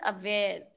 aware